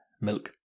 milk